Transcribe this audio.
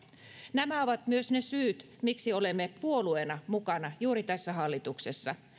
nämä ovat myös ne syyt miksi olemme puolueena mukana juuri tässä hallituksessa